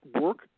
work